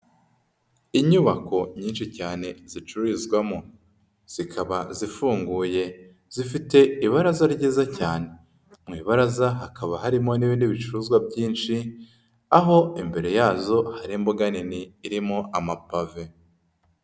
Inyubako nyinshi cyane zicururizwamo zikaba zifunguye, zifite ibaraza ryiza cyane, mu ibaraza hakaba harimo n'ibindi bicuruzwa byinshi, aho imbere yazo hari imbaga nini irimo amapave.